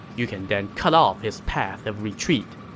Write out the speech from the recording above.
you can then cut off his path of retreat.